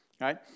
right